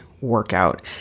Workout